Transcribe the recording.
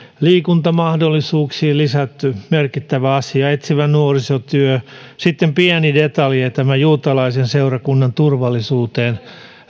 liikuntamahdollisuuksiin lisätty merkittävä asia etsivä nuorisotyö sitten pieni detalji on tämä juutalaisen seurakunnan turvallisuuteen